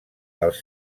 els